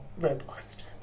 robust